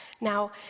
Now